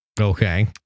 okay